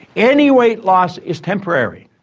any weight loss is temporary.